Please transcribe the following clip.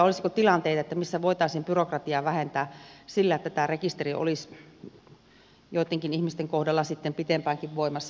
olisiko tilanteita missä voitaisiin byrokratiaa vähentää sillä että tämä rekisteri olisi joittenkin ihmisten kohdalla sitten pitempäänkin voimassa